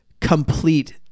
complete